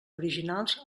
originals